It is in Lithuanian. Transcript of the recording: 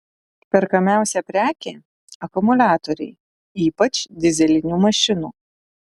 perkamiausia prekė akumuliatoriai ypač dyzelinių mašinų